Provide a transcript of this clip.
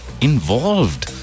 involved